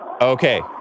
Okay